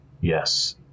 Yes